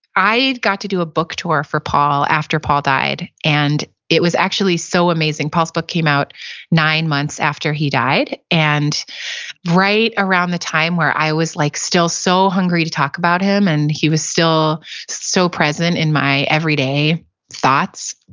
i got to do a book tour for paul after paul died, and it was actually so amazing. paul's book came out nine months after he died, and right around the time where i was like still so hungry to talk about him and he was still so present in my everyday thoughts.